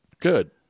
good